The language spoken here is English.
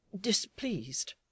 Displeased